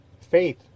faith